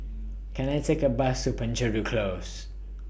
Can I Take A Bus to Penjuru Close